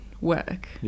work